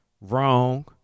Wrong